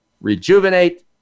rejuvenate